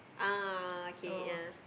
ah okay yeah